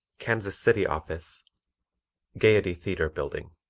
kansas city office gayety theatre bldg.